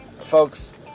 folks